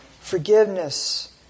forgiveness